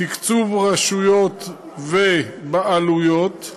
תקצוב רשויות ובעלויות,